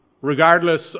regardless